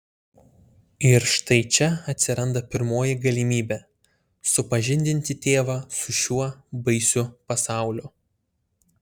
ir štai čia atsiranda pirmoji galimybė supažindinti tėvą su šiuo baisiu pasauliu